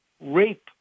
rape